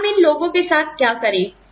हम इन लोगों के साथ क्या करें